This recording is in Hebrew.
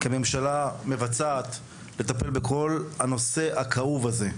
כרשות מבצעת, לטפל בכל הנושא הכאוב הזה.